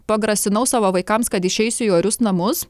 pagrasinau savo vaikams kad išeisiu į orius namus